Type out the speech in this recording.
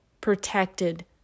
protected